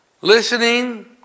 Listening